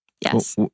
Yes